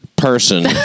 person